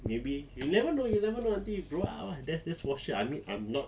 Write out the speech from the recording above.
maybe you never know until you grow up that that's for sure I mean I'm not